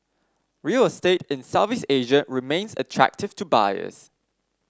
real estate in Southeast Asia remains attractive to buyers